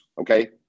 okay